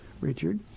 Richard